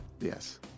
Yes